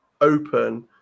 open